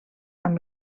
amb